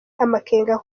amakenga